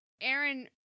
Aaron